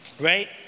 Right